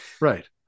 right